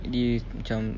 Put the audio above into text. jadi macam